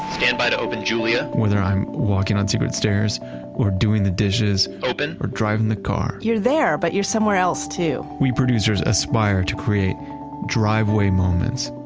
stand by to open julia whether i'm walking on secret stairs or doing the dishes open or driving the car you're there but you're somewhere else too. we producers aspire to create driveway moments,